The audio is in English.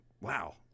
wow